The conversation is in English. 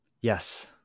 Yes